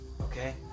okay